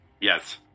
Yes